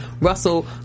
Russell